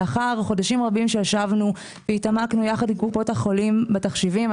לאחר חודשים רבים שישבנו והתעמקנו יחד עם קופות החולים התחשיבים,